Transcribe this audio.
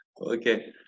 Okay